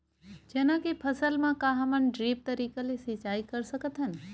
चना के फसल म का हमन ड्रिप तरीका ले सिचाई कर सकत हन?